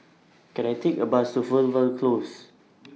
Can I Take A Bus to Fernvale Close